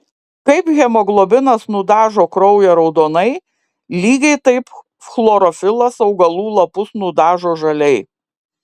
kaip hemoglobinas nudažo kraują raudonai lygiai taip chlorofilas augalų lapus nudažo žaliai